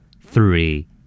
Three